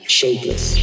shapeless